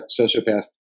sociopath